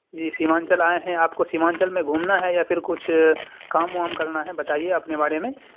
جی سیمانچل آئے ہیں آپ کو سیمانچل میں گھومنا ہے یا پھر کچھ کام وام کرنا ہے بتائیے اپنے بارے میں